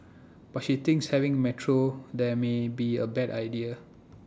but she thinks having metro there may be A bad idea